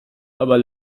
aber